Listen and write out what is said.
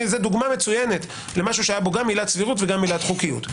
זו דוגמה מצוינת למשהו שהיה בו גם עילת סבירות וגם עילת חוקיות.